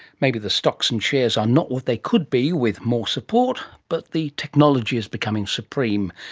maybe the stocks and shares are not what they could be with more support, but the technology is becoming supreme,